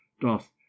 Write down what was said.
doth